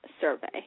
survey